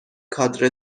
کادر